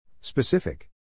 Specific